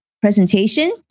presentation